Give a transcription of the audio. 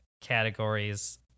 categories